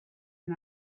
and